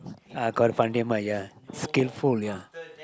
uh correct Fandi-Ahmad ya skillful ya